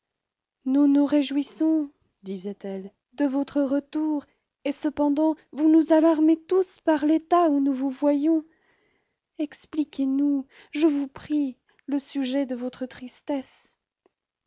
nous nous réjouissons disait-elle de votre retour et cependant vous nous alarmez tous par l'état où nous vous voyons expliquez-nous je vous prie le sujet de votre tristesse